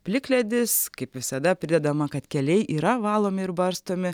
plikledis kaip visada pridedama kad keliai yra valomi ir barstomi